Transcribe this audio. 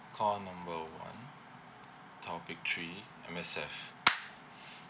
call number one topic three M_S_F